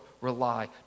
Rely